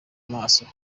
amaso